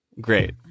Great